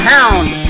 Hound